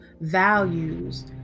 values